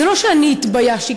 זה לא שאני התביישתי,